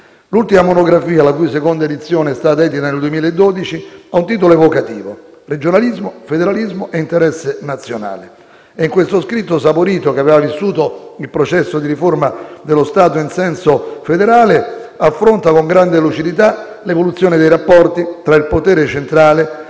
L'ultima monografia, la cui seconda edizione è stata edita nel 2012, ha un titolo evocativo: «Regionalismo, federalismo e interesse nazionale». In questo scritto Saporito, che aveva vissuto il processo di riforma dello Stato in senso federale, affronta con grande lucidità l'evoluzione dei rapporti tra il potere centrale e le